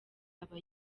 aba